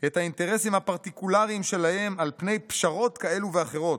את האינטרסים הפרטיקולריים שלהם על פני פשרות כאלו ואחרות.